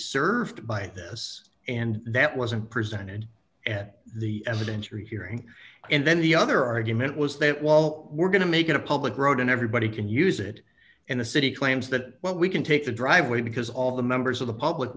served by this and that wasn't presented and the evidence you're hearing and then the other argument was that well d we're going to make it a public road and everybody can use it and the city claims that what we can take the driveway because all the members of the public